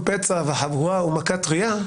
פצע וחבורה ומכת טרייה,